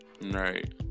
right